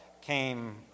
came